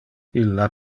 illa